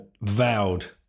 vowed